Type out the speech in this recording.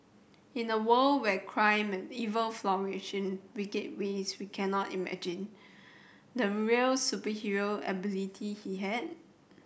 in a world where crime and evil flourished wicked ways we cannot imagine the real superhero ability he had